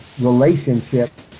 relationship